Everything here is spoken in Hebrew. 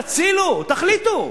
תצילו, תחליטו.